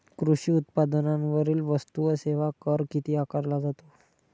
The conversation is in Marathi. कृषी उत्पादनांवरील वस्तू व सेवा कर किती आकारला जातो?